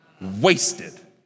wasted